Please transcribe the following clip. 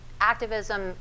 activism